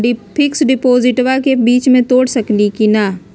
Fix डिपोजिटबा के बीच में तोड़ सकी ना?